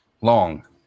Long